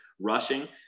rushing